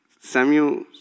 Samuel